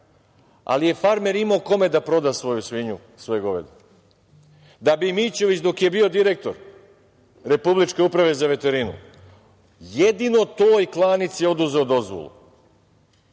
ali je farmer imao kome da proda svoju svinju, svoje govedo, da bi Mićović dok je bio direktor Republičke uprave za veterinu jedino toj klanici oduzeo dozvolu,